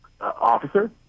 officer